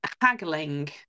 haggling